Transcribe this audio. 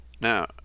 Now